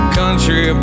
country